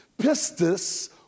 Pistis